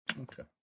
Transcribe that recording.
Okay